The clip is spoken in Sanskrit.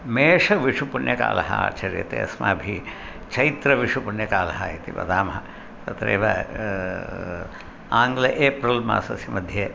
मेषविशुपुण्यकालम् आचर्यते अस्माभिः चैत्रविशुपुण्यकालः इति वदामः तत्रैव आङ्ग्ल एप्रिल् मासस्यमध्ये